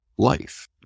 life